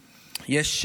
עליו.